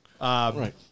Right